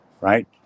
right